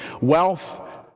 wealth